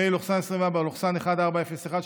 פ/401/24,